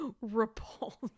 repulsed